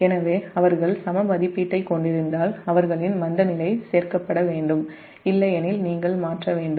எனவே அவர்கள் சம மதிப்பீட்டைக் கொண்டிருந்தால் அவர்களின் மந்தநிலை சேர்க்கப்பட வேண்டும் இல்லையெனில் நீங்கள் மாற்ற வேண்டும்